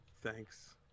Thanks